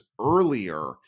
earlier